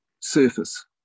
surface